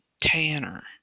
tanner